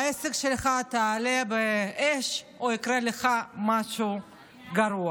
העסק שלך יעלה באש או יקרה לך משהו גרוע.